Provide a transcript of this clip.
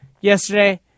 yesterday